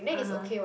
[uh huh]